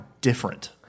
different